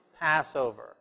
Passover